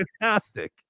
fantastic